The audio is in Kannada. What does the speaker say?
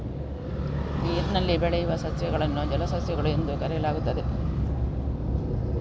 ನೀರಿನಲ್ಲಿ ಬೆಳೆಯುವ ಸಸ್ಯಗಳನ್ನು ಜಲಸಸ್ಯಗಳು ಎಂದು ಕರೆಯಲಾಗುತ್ತದೆ